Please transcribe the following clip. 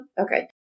Okay